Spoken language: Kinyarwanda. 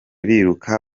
biruka